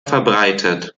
verbreitet